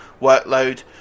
workload